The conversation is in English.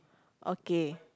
okay